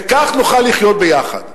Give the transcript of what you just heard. וכך נוכל לחיות ביחד.